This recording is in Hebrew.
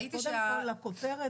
קודם כל הכותרת,